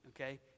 okay